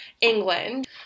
england